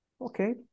Okay